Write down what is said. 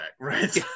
right